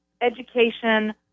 Education